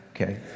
okay